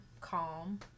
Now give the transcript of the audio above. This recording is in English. Calm